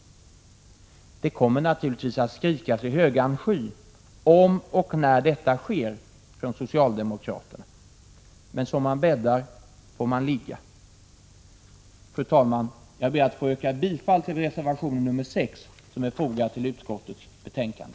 Socialdemokraterna kommer naturligtvis att skrika i högan sky om och när detta sker. Men som man bäddar får man ligga. Fru talman! Jag ber att få yrka bifall till reservation 12, som är fogad till utskottets betänkande.